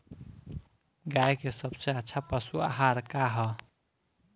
गाय के सबसे अच्छा पशु आहार का ह?